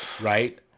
right